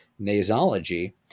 nasology